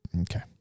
Okay